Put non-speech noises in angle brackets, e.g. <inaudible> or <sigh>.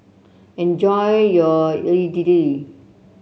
enjoy your <unintelligible>